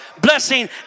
blessing